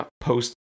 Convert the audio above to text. post